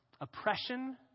oppression